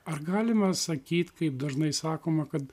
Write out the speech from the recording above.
ar galima sakyt kaip dažnai sakoma kad